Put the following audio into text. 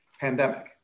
pandemic